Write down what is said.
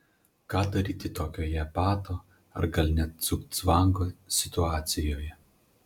ką daryti tokioje pato ar gal net cugcvango situacijoje